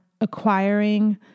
acquiring